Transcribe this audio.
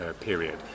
period